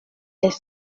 les